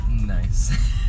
Nice